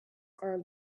are